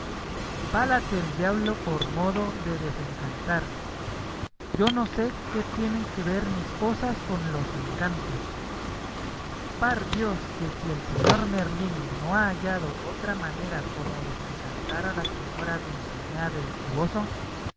válate el diablo por modo de desencantar yo no sé qué tienen que ver mis posas con los encantos par dios que si el señor merlín no ha hallado otra manera como desencantar a la señora dulcinea del toboso